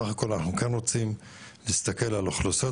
בסך הכל אנחנו כן רוצים להסתכל על האוכלוסיות